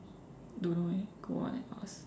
don't know eh go out and ask